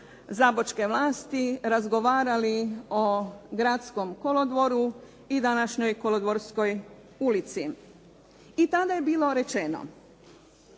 zabočke vlasti razgovarali o gradskom kolodvoru i današnjoj Kolodvorskoj ulici. I tada je bilo rečeno